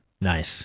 Nice